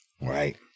Right